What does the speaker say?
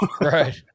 right